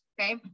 okay